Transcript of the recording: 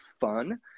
fun